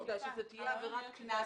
כדי שזאת תהיה עבירת קנס.